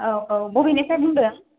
औ औ बबेनिफ्राय बुंदों